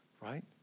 right